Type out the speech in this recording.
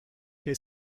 che